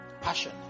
Passion